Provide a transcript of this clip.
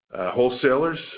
wholesalers